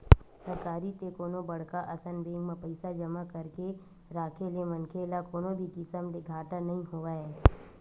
सरकारी ते कोनो बड़का असन बेंक म पइसा जमा करके राखे ले मनखे ल कोनो भी किसम ले घाटा नइ होवय